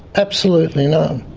absolutely none.